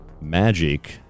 magic